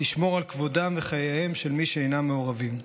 לשמור על כבודם וחייהם של מי שאינם מעורבים.